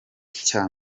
cya